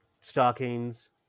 stockings